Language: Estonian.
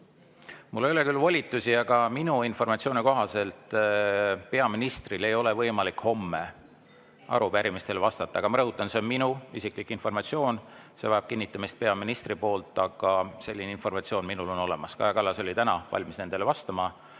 Mul ei ole küll volitusi, aga minu informatsiooni kohaselt peaministril ei ole võimalik homme arupärimistele vastata. Ma rõhutan, et see on minu isiklik informatsioon, see vajab kinnitamist peaministri poolt, aga selline informatsioon minul on olemas. Kaja Kallas oli täna valmis nendele vastama,